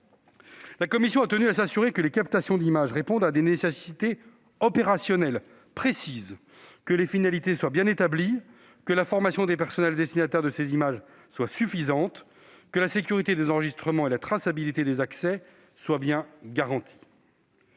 La commission a tenu à s'assurer que les captations d'images répondent à des nécessités opérationnelles précises, que les finalités soient bien établies, que la formation des personnels destinataires de ces images soit suffisante, que la sécurité des enregistrements et la traçabilité des accès soient bien garanties.